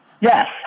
Yes